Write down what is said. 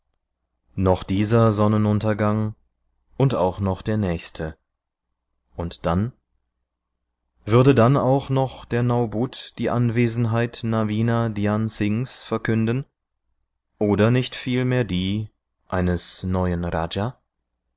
noch dieser sonnenuntergang und auch noch der nächste und dann würde dann auch noch der naubut die anwesenheit navina dhyan singhs verkünden oder nicht vielmehr die eines neuen raja